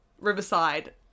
Riverside